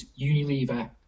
Unilever